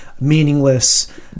meaningless